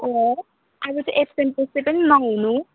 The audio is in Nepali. अँ अब चाहिँ एब्सेन्ट त्यसै पनि नहुनु